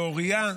לאוריה,